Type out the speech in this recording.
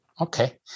Okay